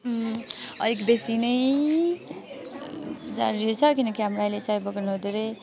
अलिक बेसी नै जरुरी छ किनकि हाम्रो अहिले चियाबगानहरू धेरै